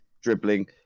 dribbling